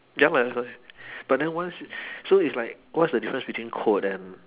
ya lah that's why but then once so it's like what's the difference between code and